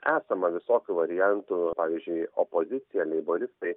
esama visokių variantų pavyzdžiui opozicija leiboristai